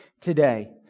today